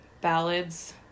ballads